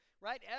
right